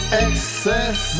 excess